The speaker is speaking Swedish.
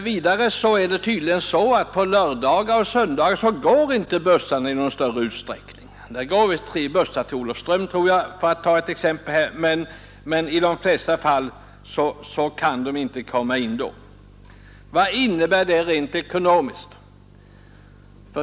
Vidare är det tydligen så att bussarna inte går i någon större utsträckning på lördagar och söndagar. Såvitt jag vet går det exempelvis tre bussar till Olofström, men på övriga tider kan man inte med buss komma in till detta samhälle. Vad innebär detta rent ekonomiskt?